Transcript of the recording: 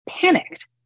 panicked